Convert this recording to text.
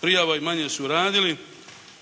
prijava i manje su radili.